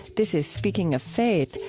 this is speaking of faith,